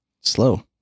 slow